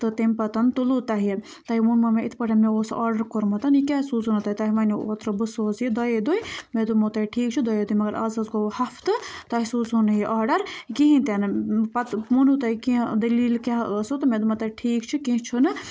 تہٕ تَمہِ پَتہٕ تُلوٗ تۄہہِ تۄہہِ ووٚنمو مےٚ یِتھ پٲٹھۍ مےٚ اوس آرڈر کوٚرمُت یہِ کیٛاز سوٗزوٗ نہٕ تۄہہِ تۄہہِ وَنیو اوترٕ بہٕ سوزٕ یہِ دۄیے دُے مےٚ دوٚپمو تۄہہِ ٹھیٖک چھُ دۄیے دُے مگر آز حظ گوٚو وۄنۍ ہفتہٕ تۄہہِ سوٗزوٗ نہٕ یہِ آرڈر کِہیٖنۍ تہِ نہٕ پَتہٕ ووٚنوٗ تۄہہِ کیٚنٛہہ دٔلیٖل کیٛاہ ٲسٕو تہٕ مےٚ دوٚپمو تۄہہِ ٹھیٖک چھِ کیٚنٛہہ چھُنہٕ